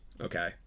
okay